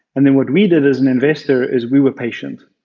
and then what we did as an investor is we were patient.